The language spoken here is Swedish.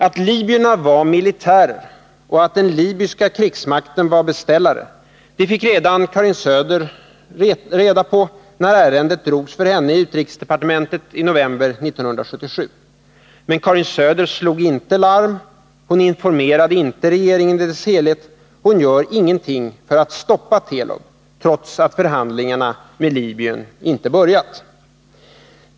Att libyerna var militärer och att den libyska krigsmakten var beställare fick redan Karin Söder reda på när ärendet drogs för henne i utrikesdepartementet i november 1977. Men Karin Söder slog inte larm, hon informerade inte regeringen i dess helhet, hon gjorde ingenting för att stoppa Telub — trots att förhandlingarna med Libyen inte börjat.